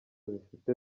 zifite